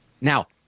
Now